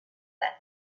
that